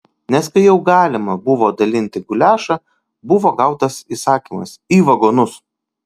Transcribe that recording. nes kai jau galima buvo dalinti guliašą buvo gautas įsakymas į vagonus